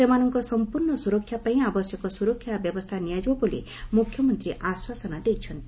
ସେମାନଙ୍କ ସମ୍ପର୍ଶ୍ଣ ସୁରକ୍ଷା ପାଇଁ ଆବଶ୍ୟକ ସୁରକ୍ଷା ବ୍ୟବସ୍ଥା ନିଆଯିବ ବୋଲି ମୁଖ୍ୟମନ୍ତ୍ରୀ ଆଶ୍ୱାସନା ଦେଇଛନ୍ତି